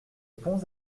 bons